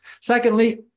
Secondly